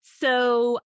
So-